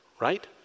right